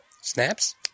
Snaps